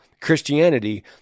Christianity